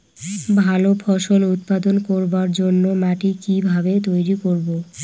ভালো ফসল উৎপাদন করবার জন্য মাটি কি ভাবে তৈরী করব?